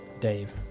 Dave